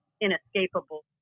inescapable